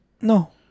No